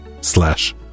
slash